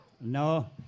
No